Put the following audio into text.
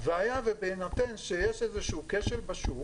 והיה ובהינתן שיש איזה שהוא כשל בשוק,